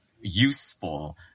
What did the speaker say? useful